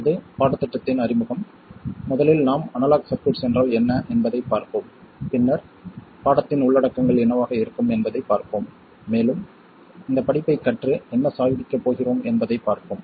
இது பாடத்திட்டத்தின் அறிமுகம் முதலில் நாம் அனலாக் சர்க்யூட்ஸ் என்றால் என்ன என்பதைப் பார்ப்போம் பின்னர் பாடத்தின் உள்ளடக்கங்கள் என்னவாக இருக்கும் என்பதைப் பார்ப்போம் மேலும் இந்தப் படிப்பைக் கற்று என்ன சாதிக்கப் போகிறோம் என்பதைப் பார்ப்போம்